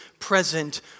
Present